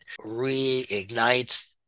reignites